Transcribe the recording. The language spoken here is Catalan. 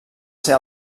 ser